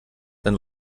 dann